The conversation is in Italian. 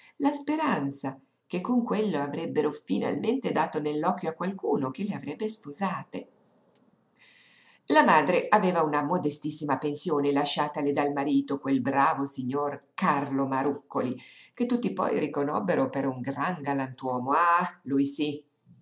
la speranza che con quello avrebbero finalmente dato nell'occhio a qualcuno che le avrebbe sposate la madre aveva una modestissima pensione lasciatale dal marito quel bravo signor carlo marúccoli che tutti poi riconobbero per un gran galantuomo ah lui sí